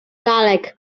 lalek